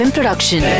Production